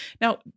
Now